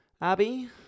Abby